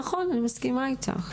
נכון, אני מסכימה איתך,